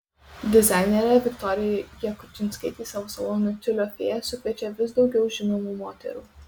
dizainerė viktorija jakučinskaitė į savo saloną tiulio fėja sukviečia vis daugiau žinomų moterų